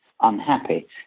unhappy